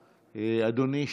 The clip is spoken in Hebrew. אדוני,